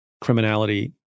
criminality